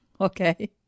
Okay